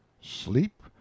sleep